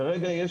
כרגע,